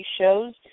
shows